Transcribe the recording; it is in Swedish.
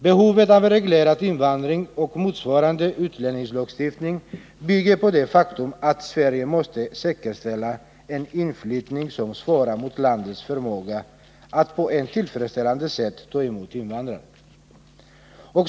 Behovet av en reglerad invandring och motsvarande utlänningslagstiftning bygger på det faktum att Sverige måste säkerställa en inflyttning som svarar mot landets förmåga att på ett tillfredsställande sätt ta emot invandrare.